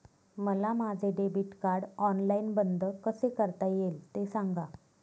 मला माझे debit card online बंद कसे करता येईल, ते सांगा